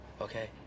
okay